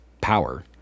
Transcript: power